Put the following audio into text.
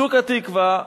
שוק-התקווה,